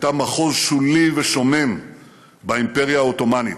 הייתה מחוז שולי ושומם באימפריה העות'מאנית.